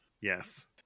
Yes